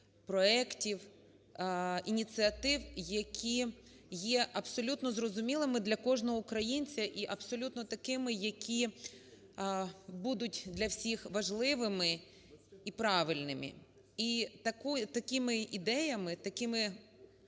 проектів, ініціатив, які є абсолютно зрозумілими для кожного українця і абсолютно такими, які будуть для всіх важливими і правильними. І такими ідеями, такими